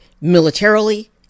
militarily